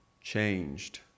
changed